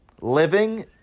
living